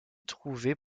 trouvées